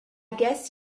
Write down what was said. guess